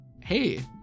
Hey